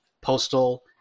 Postal